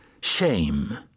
Shame